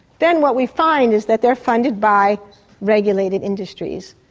then what we find is that they're funded by regulated industries,